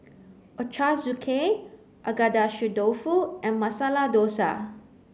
Ochazuke agedashi dofu and masala dosa